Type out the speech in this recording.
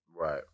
Right